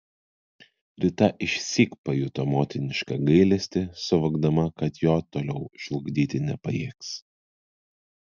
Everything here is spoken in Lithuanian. rita išsyk pajuto motinišką gailestį suvokdama kad jo toliau žlugdyti nepajėgs